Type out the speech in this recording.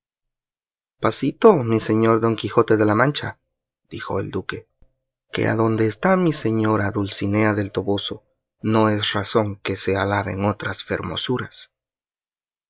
pasito mi señor don quijote de la mancha dijo el duque que adonde está mi señora doña dulcinea del toboso no es razón que se alaben otras fermosuras